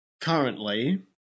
currently